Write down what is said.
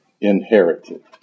inherited